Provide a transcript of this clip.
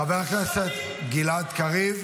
חבר הכנסת גלעד קריב,